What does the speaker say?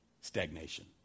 Stagnation